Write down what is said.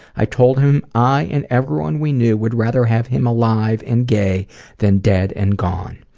i told him i and everyone we knew would rather have him alive and gay than dead and gone.